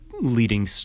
leading